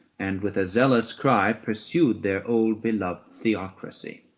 and with a zealous cry pursued their old beloved theocracy,